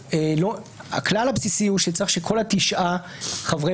הכלל הבסיסי הוא שצריך שכל תשעת חברי